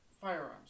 firearms